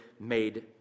made